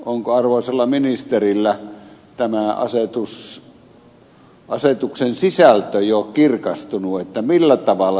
onko arvoisalla ministerillä tämä asetuksen sisältö jo kirkastunut eli se millä tavalla se tapahtuu